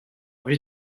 envie